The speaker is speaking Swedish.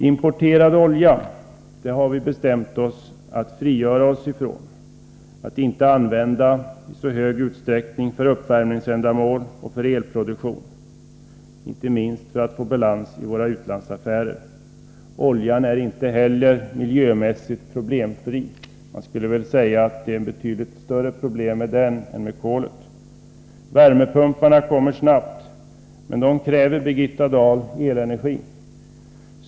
Importerad olja har vi bestämt att frigöra oss ifrån, att inte använda i så stor utsträckning för uppvärmningsändamål och elproduktion, inte minst för att få balans i våra utrikes affärer. Oljan är inte heller miljömässigt problemfri. Man skulle väl kunna säga att det är betydligt större problem med den än med kolet. Värmepumpar kommer snabbt, men de kräver, Birgitta Dahl, elenergi.